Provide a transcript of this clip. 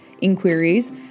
inquiries